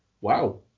Wow